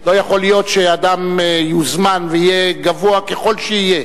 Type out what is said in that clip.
לא יכול להיות שאדם יוזמן, ויהיה גבוה ככל שיהיה,